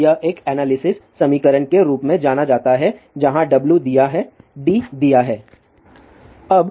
अब यह एक एनालिसिस समीकरण के रूप में जाना जाता है जहां W दिया है d दिया है